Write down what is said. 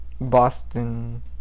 Boston